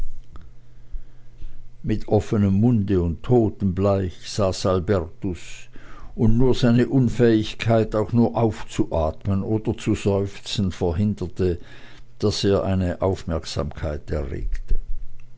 mit offenem munde und totenbleich saß albertus und nur seine unfähigkeit auch nur aufzuatmen oder zu seufzen verhinderte daß er eine aufmerksamkeit erregte